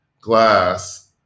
glass